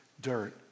dirt